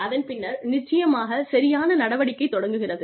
அதன் பின்னர் நிச்சயமாக சரியான நடவடிக்கை தொடங்குகிறது